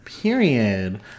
Period